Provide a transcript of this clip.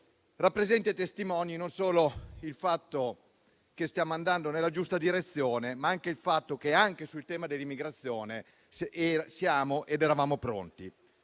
rappresenta ai testimoni non solo il fatto che stiamo andando nella giusta direzione, ma anche il fatto che anche sul tema dell'immigrazione siamo ed eravamo pronti.